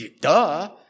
duh